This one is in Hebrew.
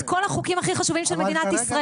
כל החוקים הכי חשובים של מדינת ישראל.